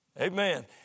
Amen